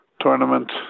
tournament